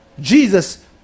Jesus